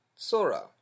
Sora